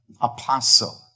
apostle